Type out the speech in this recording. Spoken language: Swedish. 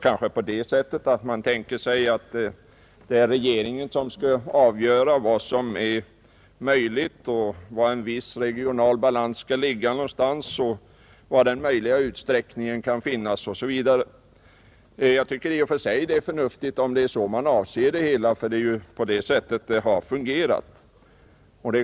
Kanske tänker man sig att det är regeringen som skall avgöra vad som är möjligt, var en viss regional balans skall ligga någonstans, var den möjliga utsträckningen kan finnas osv. Jag tycker i och för sig att det är förnuftigt om det är vad man avser med det hela, för det är så det har fungerat.